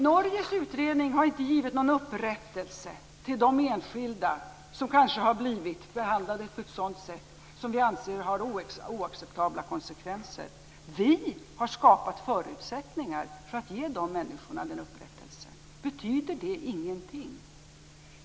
Norges utredning har inte gett någon upprättelse till de enskilda som kanske har blivit behandlade på ett sådant sätt att vi anser att det får oacceptabla konsekvenser. Vi har skapat förutsättningar för att ge de människorna upprättelse. Betyder det ingenting?